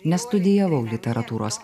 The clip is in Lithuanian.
nestudijavau literatūros